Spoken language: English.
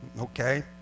Okay